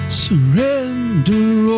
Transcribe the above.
surrender